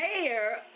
mayor